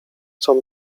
com